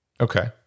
Okay